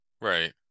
right